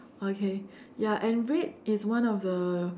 okay ya and red is one of the